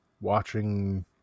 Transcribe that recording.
watching